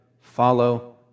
Follow